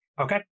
Okay